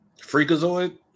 Freakazoid